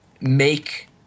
make